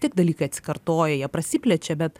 tiek dalykai atsikartoja jie prasiplečia bet